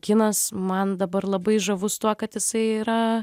kinas man dabar labai žavus tuo kad jisai yra